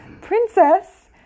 princess